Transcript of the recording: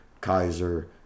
Kaiser